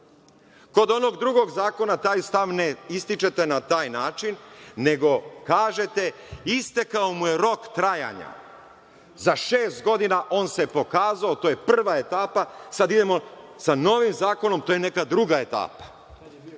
loš. Kod onog drugog zakona taj stav ne ističete na taj način, nego kažete -istekao mu je rok trajanja. Za šest godina on se pokazao, to je prva etapa, sada idemo sa novim zakonom, to je neka druga etapa.